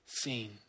seen